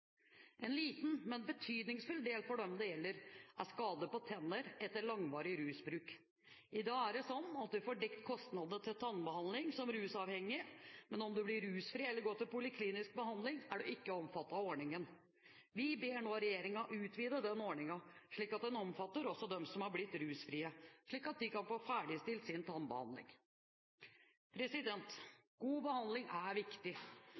En liten del, men betydningsfull for dem det gjelder, er skader på tennene etter langvarig rusbruk. I dag er det sånn at du får dekket kostnadene til tannbehandling som rusavhengig, men om du blir rusfri eller går til poliklinisk behandling, er du ikke omfattet av ordningen. Vi ber nå regjeringen utvide ordningen, slik at den også omfatter dem som er blitt rusfrie, slik at de kan få ferdigstilt sin tannbehandling. God behandling er viktig.